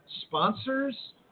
sponsors